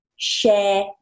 Share